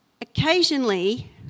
Occasionally